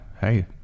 Hey